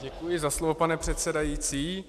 Děkuji za slovo, pane předsedající.